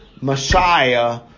Messiah